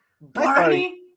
Barney